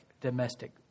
domestic